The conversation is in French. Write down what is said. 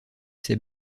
ses